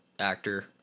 actor